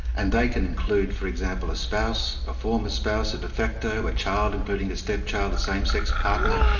and they can include for example, a spouse, a former spouse, a de facto, a child, including a stepchild, a same-sex partner,